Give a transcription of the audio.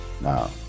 Now